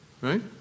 right